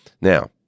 Now